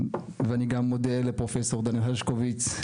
אני גם מודה לפרופ' דני הרשקוביץ,